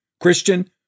Christian